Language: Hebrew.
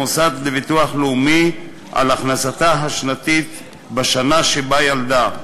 זכאית המוסד לביטוח לאומי מתבסס על הכנסתה השנתית בשנה שבה ילדה,